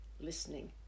listening